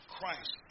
Christ